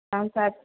साढ़े सात